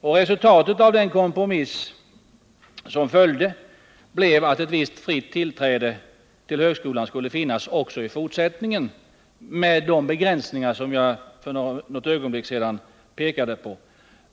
Resultatet av den kompromiss som följde var att ett visst fritt tillträde till högskolan skulle finnas också i fortsättningen men med de begränsningar som jag för något ögonblick sedan pekade på.